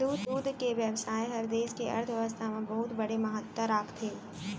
दूद के बेवसाय हर देस के अर्थबेवस्था म बहुत बड़े महत्ता राखथे